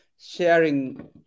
sharing